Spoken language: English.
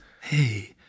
hey